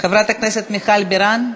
חברת הכנסת מיכל בירן.